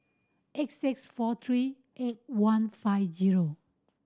eight six four three eight one five zero